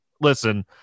listen